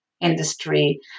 industry